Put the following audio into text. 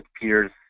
peers